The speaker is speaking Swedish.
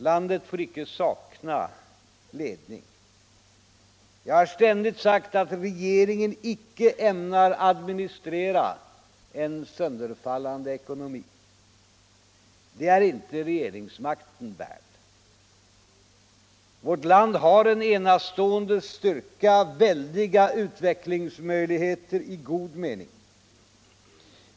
Landet får icke sakna ledning. Jag har ständigt sagt att regeringen icke ämnar administrera en sönderfallande ekonomi. Det är inte regeringsmakten värd. Vårt land har en enastående styrka, väldiga utvecklingsmöjligheter i god mening.